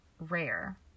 rare